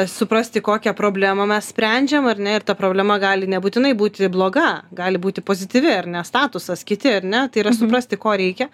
suprasti kokią problemą mes sprendžiam ar ne ir ta problema gali nebūtinai būti bloga gali būti pozityvi ar ne statusas kiti ar ne tai yra suprasti ko reikia